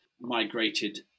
migrated